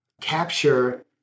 capture